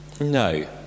No